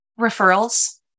Referrals